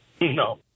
No